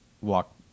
walk